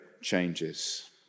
changes